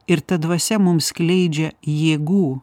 ir ta dvasia mums skleidžia jėgų